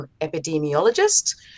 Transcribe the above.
epidemiologist